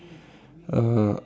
uh